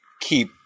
keep